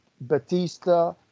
Batista